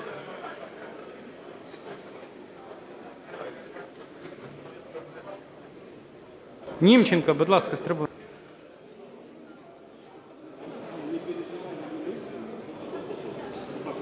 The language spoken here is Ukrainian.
Німченко, будь ласка, з трибуни.